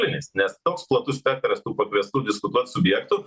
nulinis nes toks platus spektras tų pakviestų visų vat subjektų